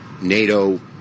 NATO